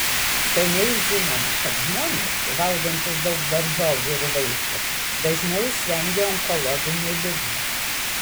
seniai žinoma kad žmonės valgantys daug daržovių ir vaisių dažniau išvengia onkologinių ligų